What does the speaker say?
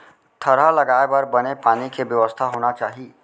थरहा लगाए बर बने पानी के बेवस्था होनी चाही